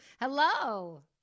Hello